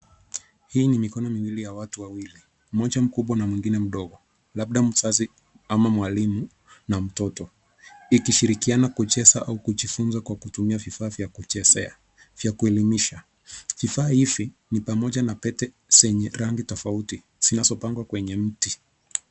Hii ni mikono miwili ya watu wawili, mmoja mkubwa na mwingine mkubwa labda mzazi ama mwalimu na mtoto ikishirikiana kucheza au kujifunzia kutumia vifaa vya kuchezea, vya kuelimisha. Vifaa hivi ni pamoja na Pete zenye rangi tofauti zinazopangwa kwenye mti